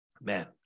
Man